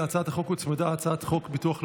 להצעת החוק הוצמדה הצעת חוק הביטוח הלאומי,